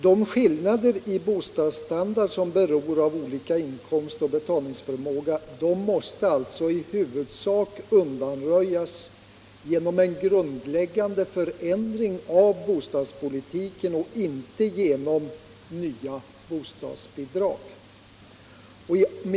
De skillnader i bostadsstandard som beror på olika inkomst och betalningsförmåga måste alltså i huvudsak undanröjas genom en grundläggande förändring av bostadspolitiken, inte genom nya bostadsbidrag.